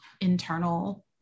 internal